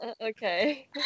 Okay